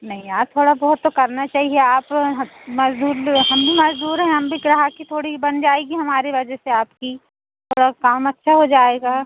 नहीं यार थोड़ा बहुत तो करना चाहिए आप मज़दूर हम भी मज़दूर हैं हम भी ग्राहकी थोड़ी बन जाएगी हमारी वजह से आपकी थोड़ा काम अच्छा हो जाएगा